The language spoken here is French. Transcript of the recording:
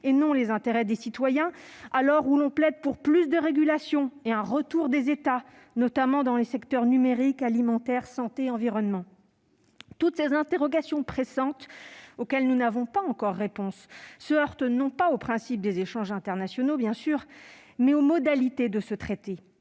et non les intérêts des citoyens, à l'heure où l'on plaide pour plus de régulation et pour un retour des États, notamment dans les secteurs numérique, alimentaire, de la santé et de l'environnement ? Toutes ces interrogations pressantes, auxquelles nous n'avons pas encore de réponses, se heurtent non pas au principe des échanges internationaux, mais aux modalités de ce traité.